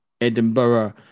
Edinburgh